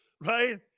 Right